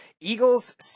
Eagles